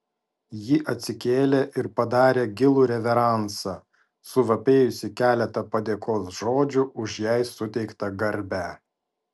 ji atsikėlė ir padarė gilų reveransą suvapėjusi keletą padėkos žodžių už jai suteiktą garbę